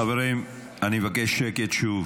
חברים, אני מבקש שקט שוב.